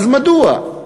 מדוע?